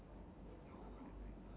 the door of the taxi